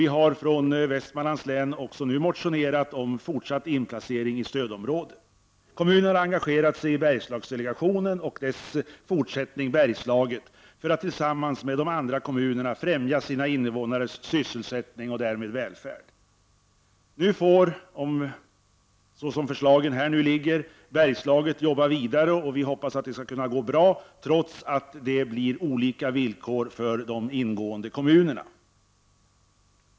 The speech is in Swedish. Vi från Västmanland har också nu motionerat om fortsatt inplacering i stödområde. Kommunen har engagerat sig i Bergslagsdelegationen och dess fortsättning Bergslaget för att tillsammans med de andra kommunerna främja sina invånares sysselsättning och välfärd. Nu får Bergslaget jobba vidare trots olika villkor för de ingående kommunerna. Vi hoppas att det skall gå bra för kommunerna.